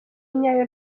nyayo